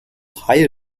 higher